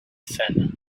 thin